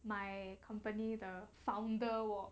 my company the founder wor